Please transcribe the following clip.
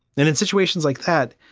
and in situations like that,